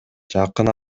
жакын